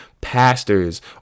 pastors